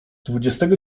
dwudziestego